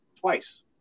Twice